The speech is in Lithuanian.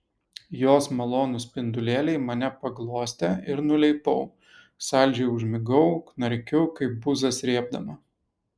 jos malonūs spindulėliai mane paglostė ir nuleipau saldžiai užmigau knarkiu kaip buzą srėbdama